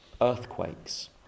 earthquakes